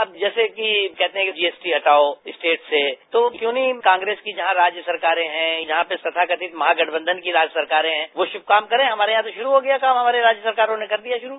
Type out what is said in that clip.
अब जैसे की कहते है कि ळैज हटाओ ेजंजमे से तो क्यों नहीं कांग्रेस की जहा राज्य सरकारे है जहाँ तथाकथित महागठबंधन की राज्य सरकारे है वो शुभ काम करे हमारे यहाँ तो शुरू हो गया काम हमारी राज्य सरकारों ने कर दिया शुरू